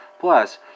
plus